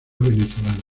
venezolana